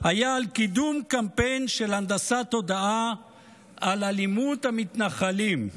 היה על קידום קמפיין של הנדסת תודעה על אלימות המתנחלים.